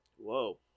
Whoa